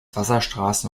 wasserstraßen